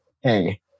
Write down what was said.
hey